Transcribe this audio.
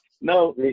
no